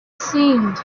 seemed